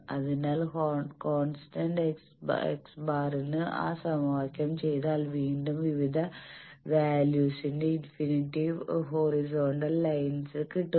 അതിനാൽ constant x̄ ന് ആ സമവാക്യം ചെയ്താൽ വീണ്ടും വിവിധ വാല്യൂസിന്റെ ഇൻഫിനിറ്റ് ഹോറിസോൺട്ടൽ ലൈൻസ് കിട്ടുന്നു